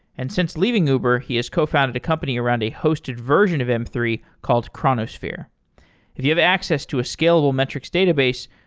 and since leaving uber, he has co-founded a company around a hosted version of m three called chronosphere if you have access to a scalable metrics database,